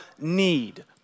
need